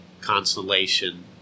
consolation